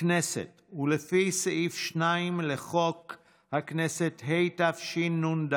הכנסת ולפי סעיף 2 לחוק הכנסת, התשנ"ד